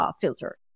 filter